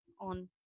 on